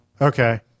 Okay